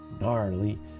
gnarly